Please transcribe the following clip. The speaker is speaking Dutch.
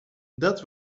dat